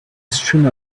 streamer